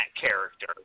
character